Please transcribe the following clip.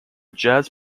jazz